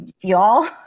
y'all